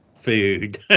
food